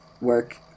Work